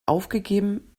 aufgegeben